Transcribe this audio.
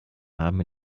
haben